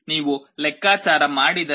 ನೀವು ಲೆಕ್ಕಾಚಾರ ಮಾಡಿದರೆ ಇದು 3